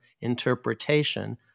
interpretation